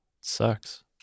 sucks